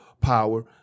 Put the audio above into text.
power